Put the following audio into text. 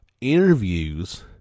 interviews